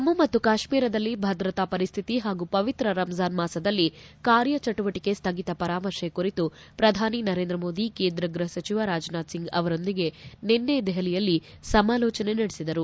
ಜಮ್ಮ ಮತ್ತು ಕಾಶ್ವೀರದಲ್ಲಿ ಭದ್ರತಾ ಪರಿಸ್ಹಿತಿ ಹಾಗೂ ಪವಿತ್ರ ರಂಜ್ಯಾನ್ ಮಾಸದಲ್ಲಿ ಕಾರ್ಯಚಟುವಟಕೆ ಸ್ಹಗಿತ ಪರಾಮರ್ತೆ ಕುರಿತು ಪ್ರಧಾನಿ ನರೇಂದ್ರ ಮೋದಿ ಕೇಂದ್ರ ಗ್ಯಪ ಸಚಿವ ರಾಜನಾಥ್ ಸಿಂಗ್ ಅವರೊಂದಿಗೆ ನಿನ್ನೆ ದೆಹಲಿಯಲ್ಲಿ ಸಮಾಲೋಚನೆ ನಡೆಸಿದರು